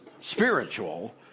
spiritual